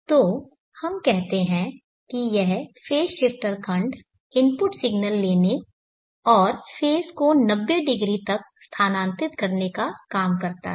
तो हम कहते हैं कि यह फेज़ शिफ्टर खंड इनपुट सिग्नल लेने और फेज़ को 90° तक स्थानांतरित करने का काम करता है